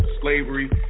slavery